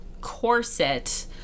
corset